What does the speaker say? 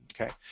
Okay